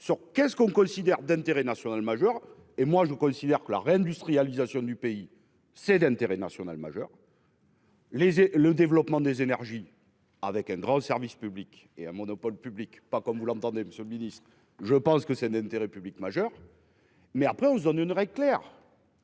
sur qu'est-ce qu'on considère d'intérêt national majeur et moi je considère que la réindustrialisation du pays, c'est l'intérêt national majeur. Les et le développement des énergies avec un grand service public et un monopole public pas comme vous l'entendez. Monsieur le Ministre, je pense que c'est un intérêt public majeur. Mais après on nous on une est clair.